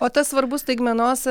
o tas svarbus staigmenos